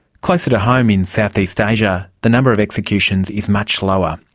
closer to home in southeast asia the number of executions is much lower,